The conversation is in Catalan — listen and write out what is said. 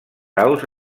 aus